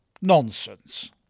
Nonsense